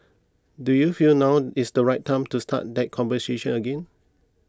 do you feel now is the right time to start that conversation again